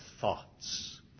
thoughts